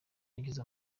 wagize